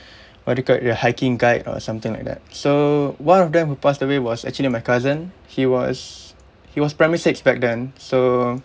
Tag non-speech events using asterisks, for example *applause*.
*breath* what do you call your hiking guide or something like that so one of them who passed away was actually my cousin he was he was primary six back then so